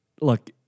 Look